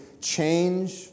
change